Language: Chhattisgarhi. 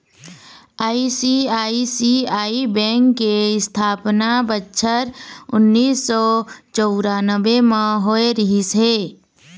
आई.सी.आई.सी.आई बेंक के इस्थापना बछर उन्नीस सौ चउरानबे म होय रिहिस हे